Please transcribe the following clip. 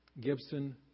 Gibson